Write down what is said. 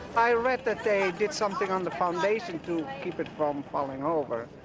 i read that they did something on the foundation to keep it from falling over.